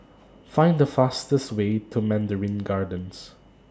Find The fastest Way to Mandarin Gardens